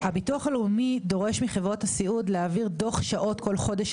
הביטוח הלאומי דורש מחברות הסיעוד להעביר דוח שעות כל חודש,